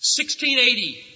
1680